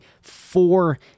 four